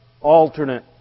alternate